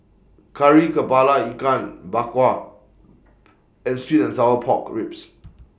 Kari Kepala Ikan Bak Kwa and Sweet and Sour Pork Ribs